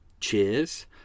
Cheers